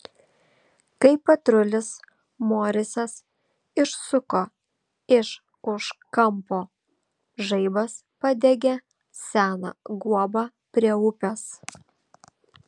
kai patrulis morisas išsuko iš už kampo žaibas padegė seną guobą prie upės